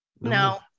No